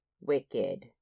wicked